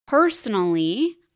Personally